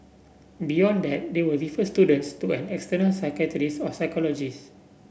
beyond that they will refer students to an external psychiatrist or psychologist